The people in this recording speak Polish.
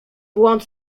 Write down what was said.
błąd